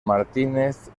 martínez